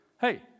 hey